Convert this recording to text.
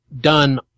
done